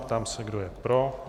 Ptám se, kdo je pro.